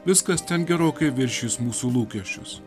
viskas ten gerokai viršys mūsų lūkesčius